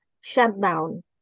shutdown